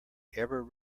ever